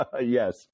yes